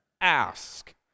ask